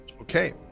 Okay